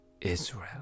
Israel